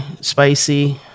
spicy